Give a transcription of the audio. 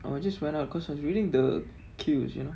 oh I just went out because I was reading the queues you know